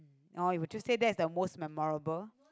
oh would you say that is the most memorable